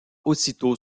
aussitôt